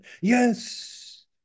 Yes